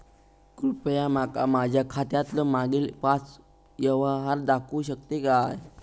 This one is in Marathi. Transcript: कृपया माका माझ्या खात्यातलो मागील पाच यव्हहार दाखवु शकतय काय?